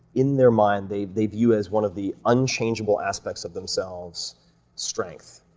in their mind, they they view as one of the unchangeable aspects of themselves strength,